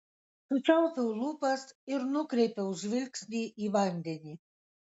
sučiaupiau lūpas ir nukreipiau žvilgsnį į vandenį